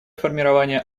формирования